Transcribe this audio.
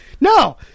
No